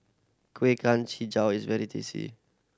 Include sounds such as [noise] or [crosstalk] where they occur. kueh [unintelligible] is very tasty